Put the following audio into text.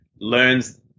learns